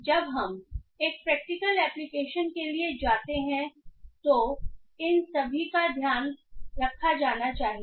जब हम एक प्रैक्टिकल एप्लीकेशन के लिए जाते हैं तो इन सभी का ध्यान रखा जाना चाहिए